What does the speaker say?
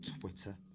twitter